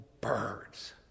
Birds